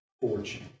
fortune